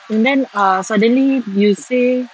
and then err suddenly you say